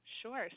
Sure